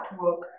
work